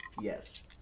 yes